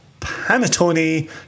panettone